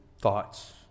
thoughts